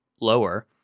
lower